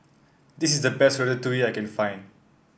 this is the best Ratatouille that I can find